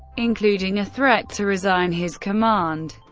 including a threat to resign his command.